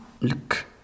look